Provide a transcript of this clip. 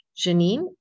Janine